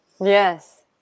Yes